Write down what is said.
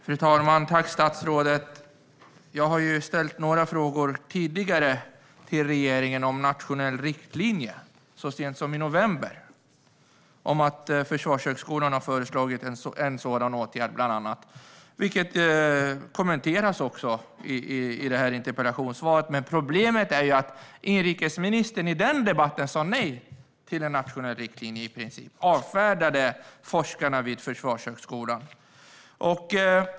Fru talman! Jag tackar statsrådet. Jag har ställt några frågor tidigare, så sent som i november, till regeringen om en nationell riktlinje och att Försvarshögskolan bland annat har föreslagit en sådan åtgärd, vilket också kommenteras i interpellationssvaret. Men problemet är att inrikesministern i den debatten i princip sa nej till en nationell riktlinje och avfärdade forskarna vid Försvarshögskolan.